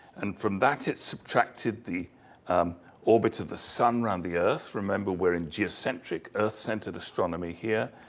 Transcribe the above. and from that it subtracted the orbit of the sun around the earth. remember we're in geocentric, earth-centered astronomy here.